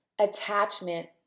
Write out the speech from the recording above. attachment